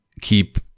...keep